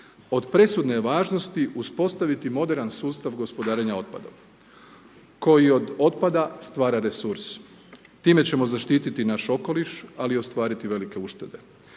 od presudne je važnosti uspostaviti moderan sustav gospodarenja otpadom koji od otpada stvara resurs. Time ćemo zaštiti naš okoliš, ali i ostvariti velike uštede.